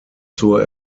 zur